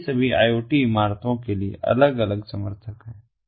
इसलिए ये सभी IoT इमारतों के लिए अलग अलग समर्थक हैं